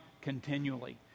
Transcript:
continually